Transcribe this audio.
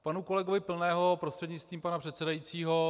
K panu kolegovi Pilnému prostřednictvím pana předsedajícího.